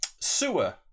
Sewer